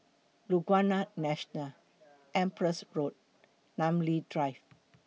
Laguna National Empress Road Namly Drive